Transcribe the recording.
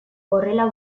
horrela